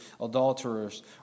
adulterers